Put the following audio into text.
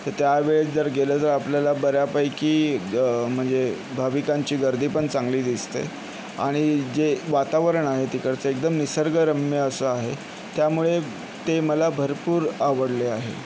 तर त्या वेळेस जर गेलं तर आपल्याला बऱ्यापैकी म्हणजे भाविकांची गर्दी पण चांगली दिसते आणि जे वातावरण आहे तिकडचं एकदम निसर्गरम्य असं आहे त्यामुळे ते मला भरपूर आवडले आहे